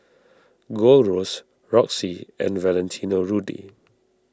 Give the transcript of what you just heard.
Gold Roast Roxy and Valentino Rudy